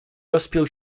rozpiął